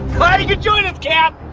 glad you could join us, cap!